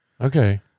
Okay